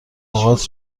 لغات